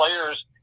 players